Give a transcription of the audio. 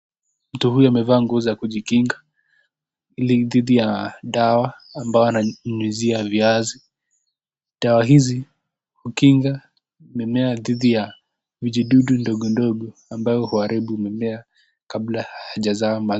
Mtu huyu amevaa nguo za kujikinga ili dhidi ya dawa ambao ananyinyizia viazi. Dawa hizi hukinga mimea dhidi ya vijidudu ndogo ndogo ambao huaribu mimea kabla ajaza .